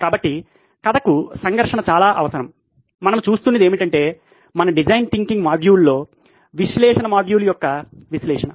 కాబట్టి కథకు సంఘర్షణ చాలా అవసరం మనం చూస్తున్నది ఏమిటంటే మన డిజైన్ థింకింగ్ మాడ్యూల్ లో విశ్లేషణ మాడ్యూల్ యొక్క విశ్లేషణ